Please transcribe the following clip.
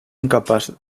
incapaç